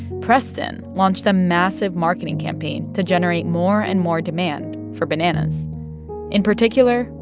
preston launched a massive marketing campaign to generate more and more demand for bananas in particular,